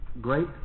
great